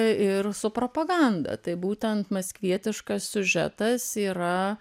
ir su propaganda tai būtent maskvietiškas siužetas yra